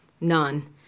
none